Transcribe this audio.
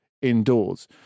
Indoors